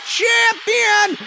champion